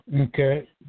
Okay